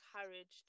encouraged